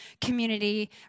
community